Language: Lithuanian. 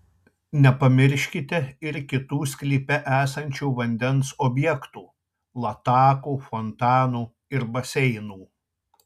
nepamirškite ir kitų sklype esančių vandens objektų latakų fontanų ir baseinų